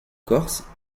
corse